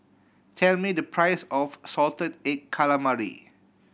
tell me the price of salted egg calamari